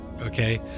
Okay